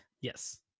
yes